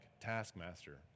taskmaster